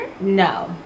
No